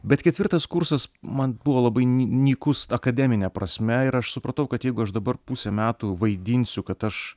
bet ketvirtas kursas man buvo labai ny nykus akademine prasme ir aš supratau kad jeigu aš dabar pusę metų vaidinsiu kad aš